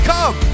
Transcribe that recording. Come